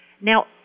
Now